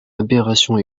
aberration